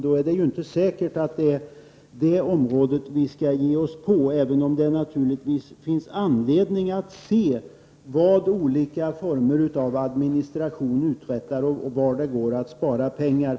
Det är då inte säkert att det är det området vi skall ge oss på, även om det naturligtvis finns anledning att se över vad olika former av administration uträttar och var det går att spara pengar.